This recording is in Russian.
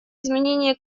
изменения